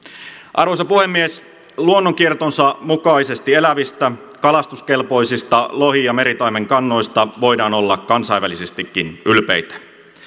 arvoisa puhemies luonnonkiertonsa mukaisesti elävistä kalastuskelpoisista lohi ja meritaimenkannoista voidaan olla kansainvälisestikin ylpeitä